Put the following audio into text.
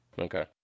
Okay